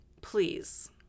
please